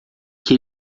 que